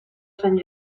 sant